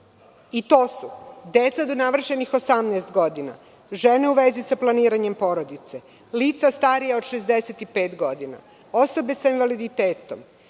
i to su: deca do navršenih 18 godina, žene u vezi sa planiranje porodice, lica starija od 65 godina, osobe sa invaliditetom,